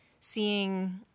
seeing